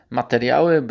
materiały